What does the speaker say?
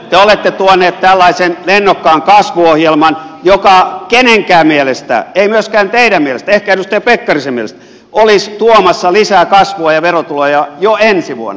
te olette tuoneet tällaisen lennokkaan kasvuohjelman joka ei kenenkään mielestä ei myöskään teidän mielestänne ehkä edustaja pekkarisen mielestä olisi tuomassa lisää kasvua ja verotuloja ensi vuonna